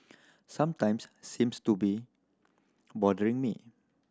sometimes seems to be bothering me